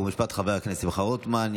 חוק ומשפט חבר הכנסת שמחה רוטמן.